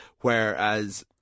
Whereas